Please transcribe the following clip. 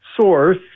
source